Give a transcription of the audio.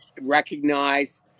recognize